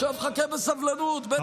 עכשיו חכה בסבלנות, הוא לא יכול.